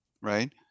right